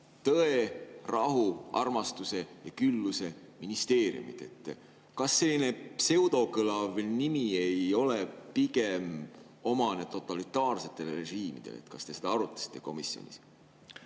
tõe-, rahu-, armastuse- ja külluseministeerium. Kas selline pseudokõlav nimi ei ole pigem omane totalitaarsetele režiimidele? Kas te seda arutasite komisjonis?